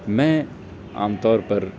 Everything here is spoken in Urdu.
میں عام طور پر